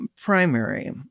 primary